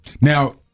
Now